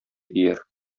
ияр